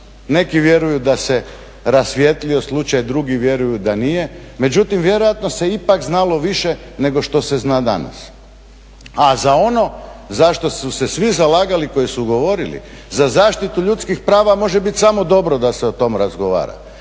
neki vjeruju da se rasvijetlio slučaj, drugi vjeruju da nije međutim vjerojatno se ipak znalo više nego što se zna danas. A za ono za što su se svi zalagali koji su govorili za zaštitu ljudskih prava može biti samo dobro da se o tome razgovara.